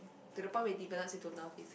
to the point where it develops into love is it